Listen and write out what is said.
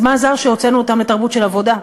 אז מה עזר שהוצאנו אותם לתרבות של עבודה?